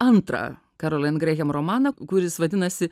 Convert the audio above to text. antrą kerolin grehem romaną kuris vadinasi